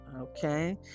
okay